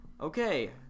Okay